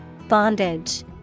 Bondage